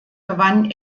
gewann